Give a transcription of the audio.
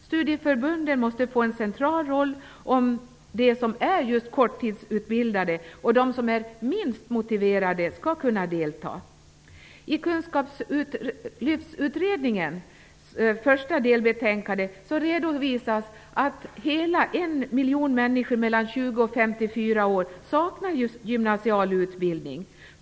Studieförbunden måste få en central roll om de som är korttidsutbildade och de som är minst motiverade skall kunna delta. år saknar gymnasial utbildning.